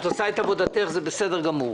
את עושה את עבודתך וזה בסדר גמור.